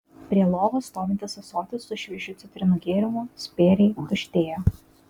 prie lovos stovintis ąsotis su šviežiu citrinų gėrimu spėriai tuštėjo